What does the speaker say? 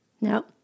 No